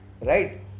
right